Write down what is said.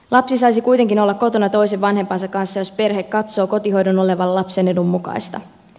lapsi saisi kuitenkin olla kotona toisen vanhempansa kanssa jos perhe katsoo kotihoidon olevan lapsen edun mukaista